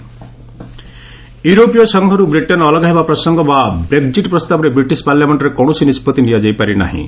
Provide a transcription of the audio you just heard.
UK Brexit ୟୁରୋପୀୟ ସଂଘରୁ Britain ଅଲଗା ହେବା ପ୍ରସଙ୍ଗ ବା ବ୍ରେକ୍ଜିଟ୍ ପ୍ରସ୍ତାବରେ ବ୍ରିଟିଶ ପାର୍ଲାମେଣ୍ଟରେ କୌଣସି ନିଷ୍ପଭି ନିଆଯାଇ ପାରିନାହିଁ